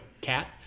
cat